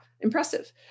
Impressive